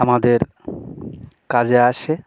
আমাদের কাজে আসে